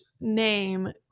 name